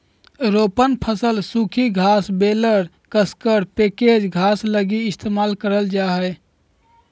रोपण फसल सूखी घास बेलर कसकर पैकेज घास लगी इस्तेमाल करल जा हइ